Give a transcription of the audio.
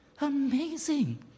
Amazing